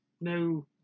No